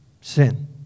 sin